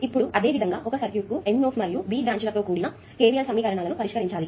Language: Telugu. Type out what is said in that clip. ఇప్పుడు అదే విధంగా ఒక సర్క్యూట్ కు N నోడ్స్ మరియు B బ్రాంచ్ లతో కూడిన KVL సమీకరణాలను పరిష్కరించాలి